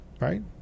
right